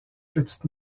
petites